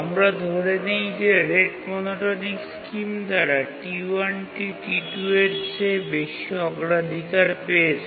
আমরা ধরে নিই যে রেট মনোটোনিক স্কিম দ্বারা T1 টি T2 এর চেয়ে বেশি অগ্রাধিকার পেয়েছে